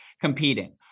competing